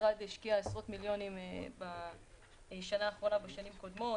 המשרד השקיע עשרות מיליונים בשנה האחרונה ובשנים קודמות.